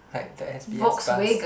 like the s_b_s bus